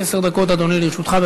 עשר דקות, אדוני, לרשותך.